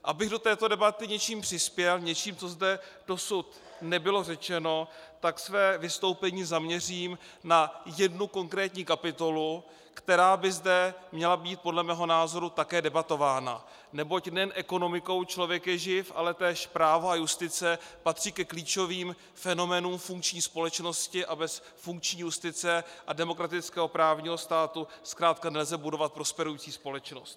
Abych do této debaty něčím přispěl, něčím, co zde dosud nebylo řečeno, tak své vystoupení zaměřím na jednu konkrétní kapitolu, která by zde měla být podle mého názoru také debatována, neboť nejen ekonomikou člověk je živ, ale též právo a justice patří ke klíčovým fenoménům funkční společnosti a bez funkční justice a demokratického právního státu zkrátka nelze budovat prosperující společnost.